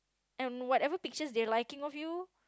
and whatever pictures they liking of you